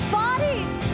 bodies